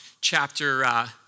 chapter